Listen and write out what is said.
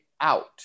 out